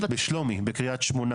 בשלומי, בקריית שמונה